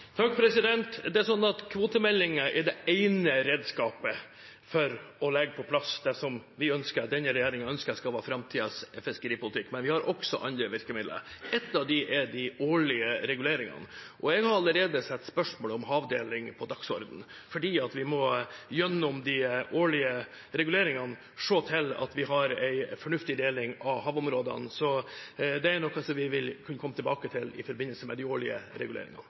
er det ene redskapet for å legge på plass det som denne regjeringen ønsker skal være framtidas fiskeripolitikk, men vi har også andre virkemidler. Et av dem er de årlige reguleringene, og jeg har allerede satt spørsmålet om havdeling på dagsordenen, for vi må gjennom de årlige reguleringene se til at vi har en fornuftig deling av havområdene. Så dette er noe vi vil komme tilbake til i forbindelse med de årlige reguleringene.